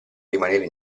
rimanere